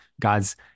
God's